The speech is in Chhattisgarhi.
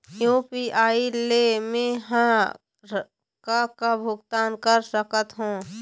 यू.पी.आई ले मे हर का का भुगतान कर सकत हो?